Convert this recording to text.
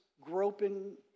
groping